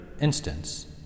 instance